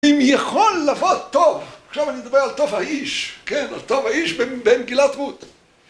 אם יכול לבוא טוב, עכשיו אני מדבר על טוב האיש, כן, על טוב האיש במגילת רות